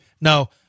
no